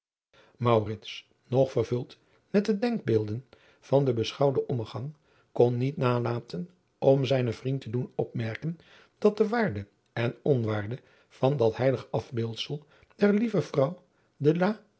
nog vervuld met de denkbeelden van den beschouwden ommegang kon niet nalaten om zijnen vriend te doen opmerken dat de waarde en onwaarde van dat heilig afbeeldsel der lieve vrouw